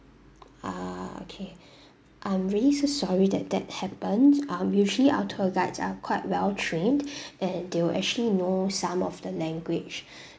ah okay I'm really so sorry that that happened um usually our tour guides are quite well trained and they will actually know some of the language